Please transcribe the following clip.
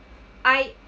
I